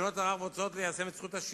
מדינות ערב רוצות ליישם את "זכות השיבה",